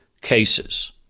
cases